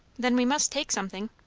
then we must take something.